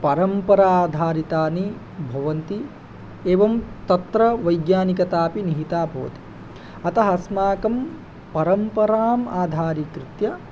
परम्पराधारितानि भवन्ति एवं तत्र वैज्ञानिकता अपि निहिता भवति अतः अस्माकं परम्पराम् आधारीकृत्य